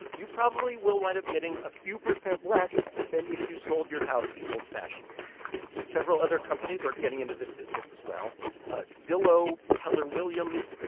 you probably will wind up getting a few percent less than if you sold your house the old-fashioned way several other companies are getting into this business as well ah zillow, keller williams.